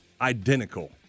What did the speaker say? identical